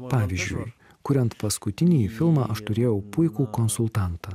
pavyzdžiui kuriant paskutinįjį filmą aš turėjau puikų konsultantą